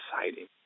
exciting